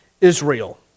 Israel